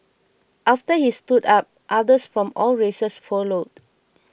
after he stood up others from all races followed